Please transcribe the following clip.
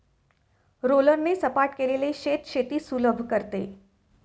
रोलरने सपाट केलेले शेत शेती सुलभ करते